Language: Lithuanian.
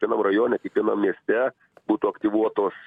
kiekvienam rajone kiekvienam mieste būtų aktyvuotos